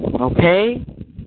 okay